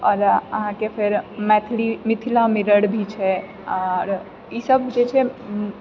आओर अहाँके फेर मैथिली मिथिला मिरर भी छै आओर ई सब जे छै